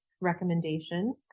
recommendation